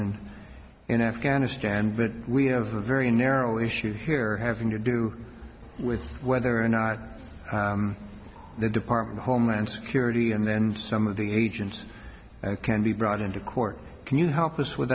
been in afghanistan but we have a very narrow issue here having to do with whether or not the department of homeland security and then some of the agents can be brought into court can you help us with